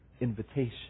invitation